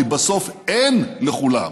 כי בסוף אין לכולם.